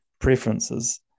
preferences